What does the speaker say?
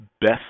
best